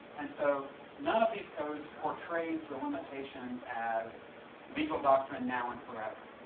and so none of these codes portrays the limitations as legal doctrine now and forever.